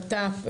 בט"פ,